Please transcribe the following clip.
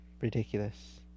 ridiculous